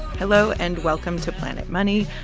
hello, and welcome to planet money.